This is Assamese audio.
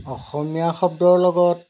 অসমীয়া শব্দৰ লগত